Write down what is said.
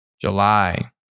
July